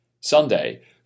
Sunday